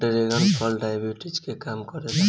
dragon फल diabetes के कम करेला